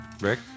Rick